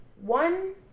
one